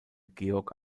georg